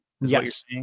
Yes